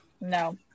No